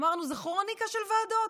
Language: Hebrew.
אמרנו: זה כרוניקה של ועדות.